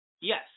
yes